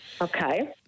okay